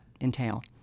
entail